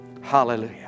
Hallelujah